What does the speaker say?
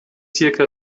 zirka